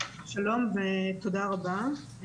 שלום ותודה רבה.